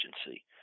Agency